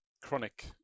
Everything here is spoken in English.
chronic